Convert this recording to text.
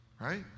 Right